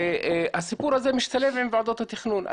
הסיפור הה משתלב עם ועדות התכנון.